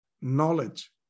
knowledge